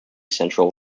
central